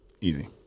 Easy